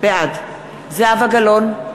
בעד זהבה גלאון,